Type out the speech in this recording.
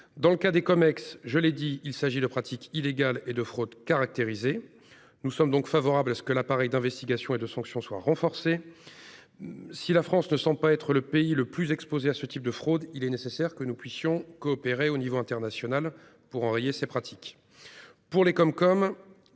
Dans le cas des CumEx, il s'agit de pratiques illégales et de fraude caractérisée. Nous sommes favorables à ce que l'appareil d'investigation et de sanction soit renforcé. Si la France ne semble pas être le pays le plus exposé à ce type de fraude, il est néanmoins nécessaire que nous puissions coopérer au niveau international pour enrayer ces pratiques. Pour les CumCum,